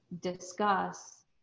discuss